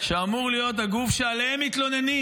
שאמור להיות הגוף שעליו מתלוננים,